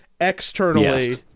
externally